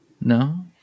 No